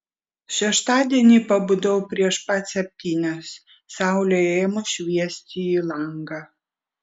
šeštadienį pabudau prieš pat septynias saulei ėmus šviesti į langą